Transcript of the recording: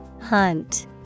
Hunt